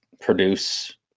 produce